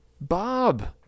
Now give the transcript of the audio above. Bob